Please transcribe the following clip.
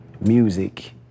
music